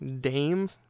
Dame